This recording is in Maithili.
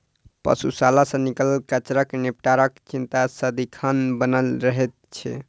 पशुशाला सॅ निकलल कचड़ा के निपटाराक चिंता सदिखन बनल रहैत छै